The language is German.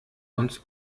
uns